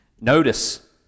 notice